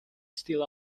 still